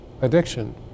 addiction